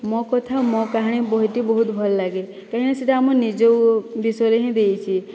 ମୋ କଥା ମୋ କାହାଣୀ ବହିଟି ବହୁତ ଭଲ ଲାଗେ କାଇଁନା ସେଇଟା ଆମ ନିଜ ବିଷୟରେ ହିଁ ଦେଇଛି